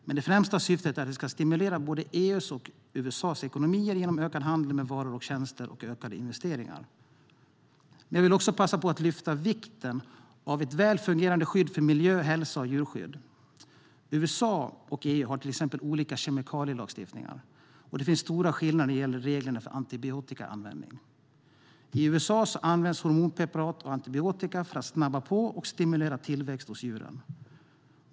Det främsta syftet är att det ska stimulera både EU:s och USA:s ekonomier genom ökad handel med varor och tjänster och ökade investeringar. Men jag vill också passa på att lyfta fram vikten av ett väl fungerande skydd för miljö, hälsa och djur. USA och EU har till exempel olika kemikalielagstiftningar, och det finns stora skillnader när det gäller reglerna för antibiotikaanvändning. I USA används hormonpreparat och antibiotika för att snabba på och stimulera tillväxt hos djuren.